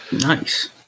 Nice